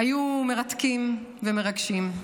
היו מרתקים ומרגשים.